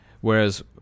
Whereas